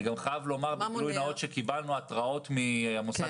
אני גם חייב לומר שקיבלנו התרעות מן המוסד